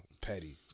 Petty